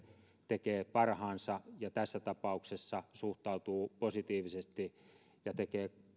tekee parhaansa ja tässä tapauksessa suhtautuu positiivisesti ja tekee